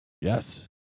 Yes